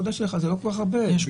לברר ממה הם חוששים.